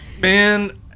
man